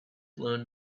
blown